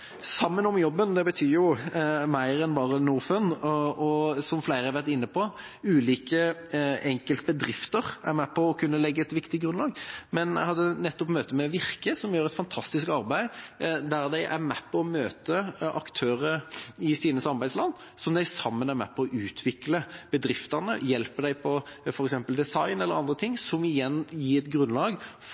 om jobben» betyr mer enn bare Norfund, og som flere har vært inne på, er ulike enkeltbedrifter med på å legge et viktig grunnlag. Vi hadde nettopp møte med Virke, som gjør et fantastisk arbeid. De er med på å møte aktører i sine samarbeidsland, der de sammen er med på å utvikle bedrifter, hjelpe dem med f.eks. design eller annet, som igjen gir dem et grunnlag